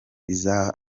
izahuza